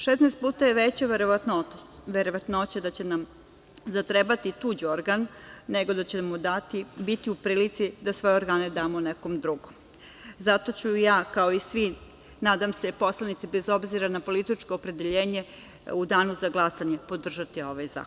Šesnaest puta je veća verovatnoća da će nam zatrebati tuđ organ, nego da ćemo biti u prilici da svoje organe dajemo nekom drugom, zato ću ja kao i svi, nadam se, poslanici bez obzira na političko opredeljenje u danu za glasanje podržati ovaj zakon.